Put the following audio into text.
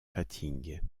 fatigues